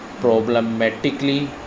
problematically